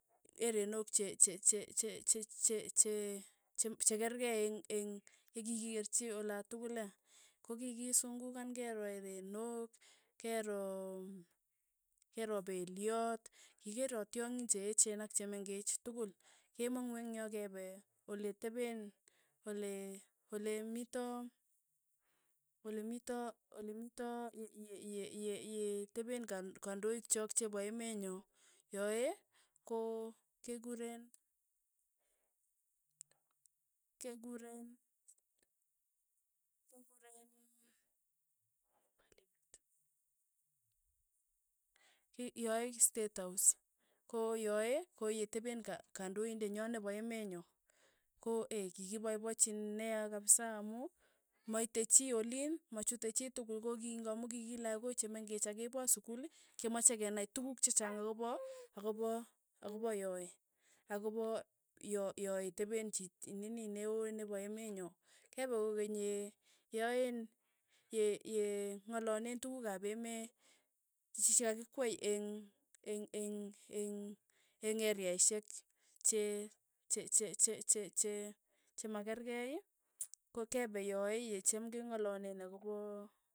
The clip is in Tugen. Erenok che- che- che- che- che- che- chee chekerkei eng'- eng' yekekikerchi olatukul ee, kokikisungukan kero erenok, kero kero peliot, kikiro tyongin che echen ak chemeng'ech tukul, kemang'u eng' yo kepe ole tepeen olee ole- mito ole- mito ole mito ye- ye- ye- ye- yetepen kand kandoik chok chepo emenyo, yae ko kekureen kekureen kekureen paliament yae stet haus, ko yoe koyetepeen ka- kandoinenyo nepo emenyo, ko kikipaipachi neya kapisa amu maite chii oliin, machute chii tukul ko ki nga'mu kikilako chemengech ak kepa sukul kemache kenai tukuk chechang ako pa akopa akopa yoe, akopa yo- yoe tepeen chich nini neoo nepo emenyo, kepe kokeny ye yaen ye- ye ng'alalen tukuk ap emee chekakikwei eng' eng' eng' eng' eng' eriaishek che- che- che- che- che- chemakerkei ko kepe yoe yecham keng'alale akopaa.